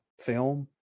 film